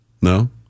No